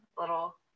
little